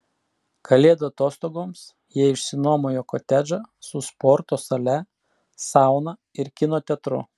kalėdų atostogoms jie išsinuomojo kotedžą su sporto sale sauna ir kino teatru